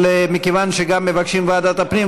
אבל מכיוון שמבקשים גם ועדת הפנים,